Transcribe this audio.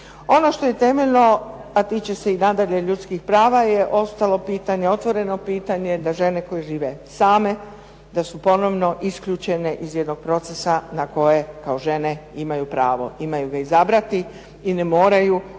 Ono što je temeljno, a tiče se i nadalje ljudskih prava je ostalo pitanje, otvoreno pitanje da žene koje žive same, da su ponovno isključene iz jednog procesa na koje kao žene imaju pravo. Imaju ga izabrati i ne moraju dolaziti